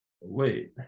Wait